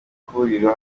huriro